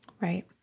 Right